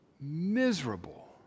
miserable